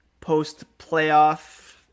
post-playoff